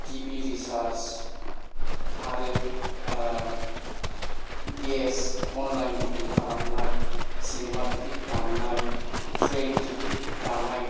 T V recharge आरो gas online booking खालामनाय cinema ticket दाननाय ट्रेन टिकेट लानाय